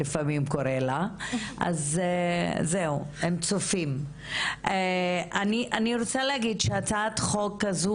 לכן אני לא רוצה עכשיו להתמקד בדיון בהצעת החוק.